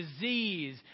disease